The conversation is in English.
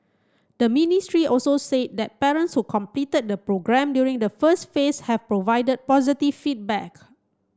the ministry also said that parents who completed the programme during the first phase have provided positive feedback